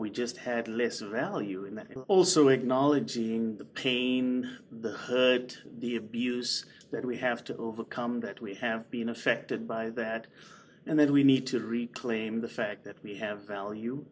we just had less value in that also acknowledging the pain the the abuse that we have to overcome that we have been affected by that and then we need to reclaim the fact that we have value